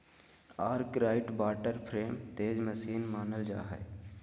Arkwright water frame तेज मशीन मानल जा हई